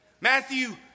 Matthew